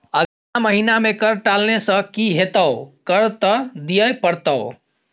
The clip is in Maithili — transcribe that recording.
अगला महिना मे कर टालने सँ की हेतौ कर त दिइयै पड़तौ